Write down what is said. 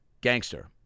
gangster